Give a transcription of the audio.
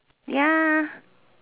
ya